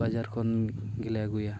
ᱵᱟᱡᱟᱨ ᱠᱷᱚᱱ ᱜᱮᱞᱮ ᱟᱹᱜᱩᱭᱟ